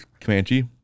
Comanche